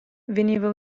veniva